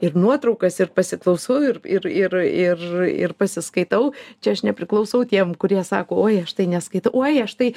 ir nuotraukas ir pasiklausau ir ir ir ir ir pasiskaitau čia aš nepriklausau tiems kurie sako oi aš tai neskaitau oi aš tai